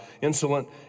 insolent